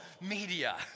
media